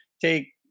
take